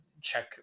Check